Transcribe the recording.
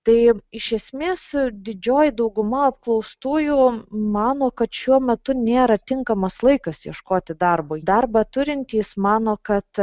tai iš esmės didžioji dauguma apklaustųjų mano kad šiuo metu nėra tinkamas laikas ieškoti darbo darbą turintys mano kad